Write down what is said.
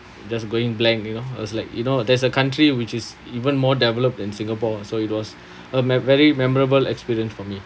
just going blank you know because like you know there's a country which is even more developed than singapore so it was a mem~ very memorable experience for me